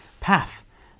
path